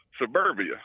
suburbia